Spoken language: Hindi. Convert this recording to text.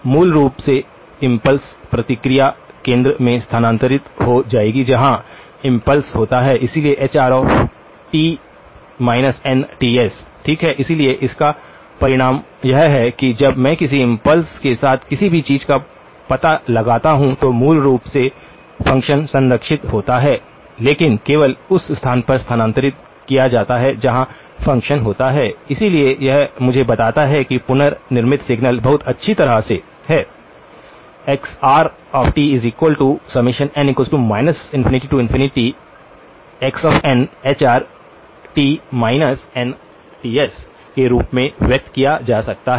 मूल रूप से इम्पल्स प्रतिक्रिया केंद्र में स्थानांतरित हो जाएगी जहां इम्पल्स होता है इसलिए hr ठीक है इसलिए इसका परिणाम यह है कि जब मैं किसी इम्पल्स के साथ किसी भी चीज का पता लगाता हूं तो मूल रूप से फ़ंक्शन संरक्षित होता है लेकिन केवल उस स्थान पर स्थानांतरित किया जाता है जहां फ़ंक्शन होता है इसलिए यह मुझे बताता है कि पुनर्निर्मित सिग्नल बहुत अच्छी तरह से xrn ∞xnhr के रूप में व्यक्त किया जा सकता है